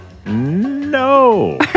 No